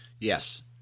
Yes